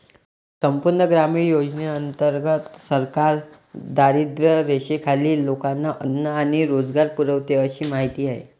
संपूर्ण ग्रामीण रोजगार योजनेंतर्गत सरकार दारिद्र्यरेषेखालील लोकांना अन्न आणि रोजगार पुरवते अशी माहिती आहे